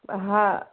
હા